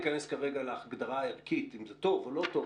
ולא ניכנס כרגע להגדרה הערכית אם זה טוב או לא טוב,